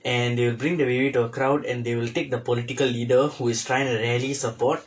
and they will bring the baby to a crowd and they will take the political leader who is trying to rally support